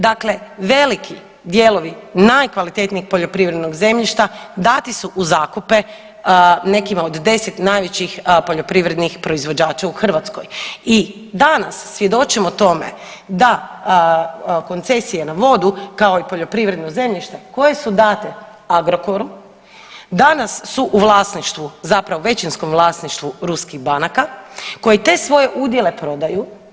Dakle, veliki dijelovi najkvalitetnijeg poljoprivrednog zemljišta dati su u zakupe nekima od deset najvećih poljoprivrednih proizvođača u Hrvatskoj i danas svjedočimo tome da koncesije na vodu kao i poljoprivredno zemljište koje su date Agrokoru, danas su u vlasništvu zapravo u većinskom vlasništvu ruskih banaka koji te svoje udjele prodaju.